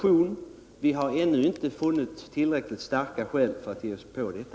Vi har som sagt ännu inte funnit tillräckligt starka skäl att ge oss in på detta.